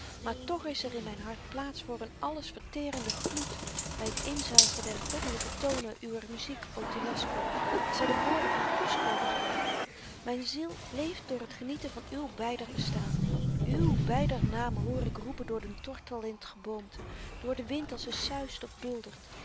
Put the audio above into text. maar toch is er in myn hart plaats voor n alles verterenden gloed by t inzuigen der goddelyke tonen uwer muziek o telasco als zy de woorden van kusco begeleidt myn ziel leeft door t genieten van uw beider bestaan uw beider namen hoor ik roepen door den tortel in t geboomte door den wind als ze suist of buldert